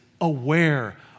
aware